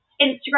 Instagram